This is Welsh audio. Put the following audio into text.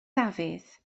dafydd